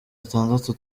atandatu